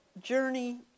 Journey